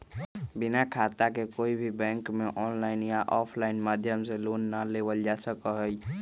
बिना खाता के कोई भी बैंक में आनलाइन या आफलाइन माध्यम से लोन ना लेबल जा सका हई